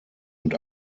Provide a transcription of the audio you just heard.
und